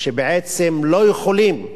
שבעצם לא יכולים